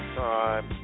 time